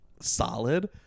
solid